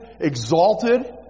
exalted